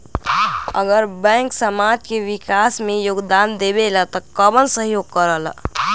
अगर बैंक समाज के विकास मे योगदान देबले त कबन सहयोग करल?